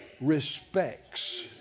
respects